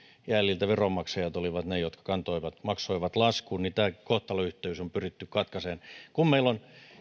jäljiltä veronmaksajat olivat ne jotka maksoivat maksoivat laskun niin tämä kohtalonyhteys on pyritty katkaisemaan ja kun meillä on